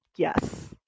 Yes